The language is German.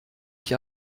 ich